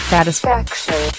Satisfaction